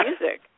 music